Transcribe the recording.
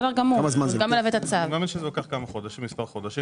אני מאמין שזה ייקח מספר חודשים.